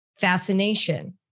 Fascination